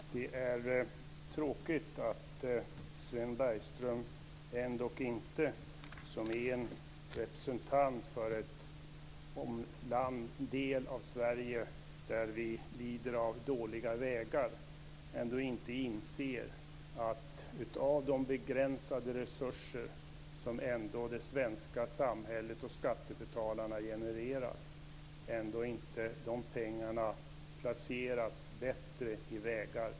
Fru talman! Det är tråkigt att Sven Bergström, som är en representant för en del av Sverige där vi lider av dåliga vägar, inte inser att av de begränsade resurser som det svenska samhället och skattebetalarna genererar placeras de pengarna bättre i vägar.